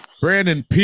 Brandon